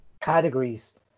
categories